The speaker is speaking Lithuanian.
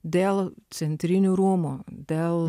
dėl centrinių rūmų dėl